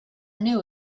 knew